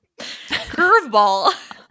Curveball